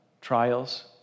trials